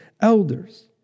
elders